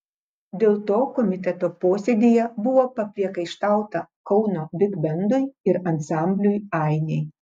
dėl to komiteto posėdyje buvo papriekaištauta kauno bigbendui ir ansambliui ainiai